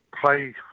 play